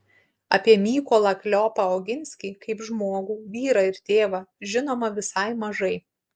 apie mykolą kleopą oginskį kaip žmogų vyrą ir tėvą žinoma visai mažai